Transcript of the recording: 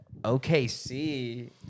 OKC